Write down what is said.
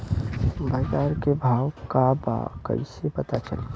बाजार के भाव का बा कईसे पता चली?